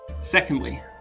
Secondly